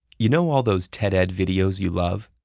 you know all those ted-ed videos you love?